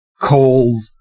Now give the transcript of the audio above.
cold